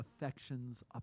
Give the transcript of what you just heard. affections